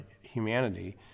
humanity